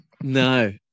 No